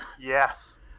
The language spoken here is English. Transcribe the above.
Yes